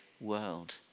world